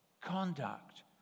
conduct